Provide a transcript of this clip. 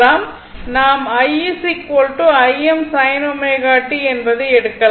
நாம் i Im sin ω t என்பதை எடுக்கலாம்